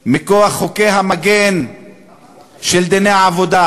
מכוח חוקי המגן של דיני העבודה,